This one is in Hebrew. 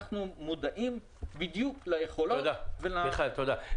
אנחנו מודעים בדיוק ליכולות --- מיכאל, תודה.